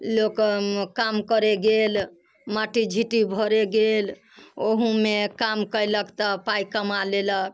लोक काम करै गेल माटि झिटी भरे गेल ओहूमे काम कयलक तऽ पाइ कमा लेलक